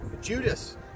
Judas